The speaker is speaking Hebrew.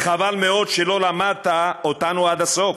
חבל מאוד שלא למדת אותנו עד הסוף,